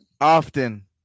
often